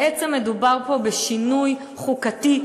בעצם מדובר פה בשינוי חוקתי,